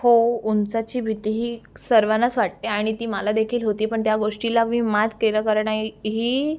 हो उंचीची भीती ही सर्वांनाच वाटते आणि ती मलादेखील होती पण त्या गोष्टीला मी मात केलं कारण आहे ही